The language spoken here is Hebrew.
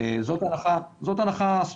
זאת הנחה סבירה.